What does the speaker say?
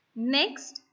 Next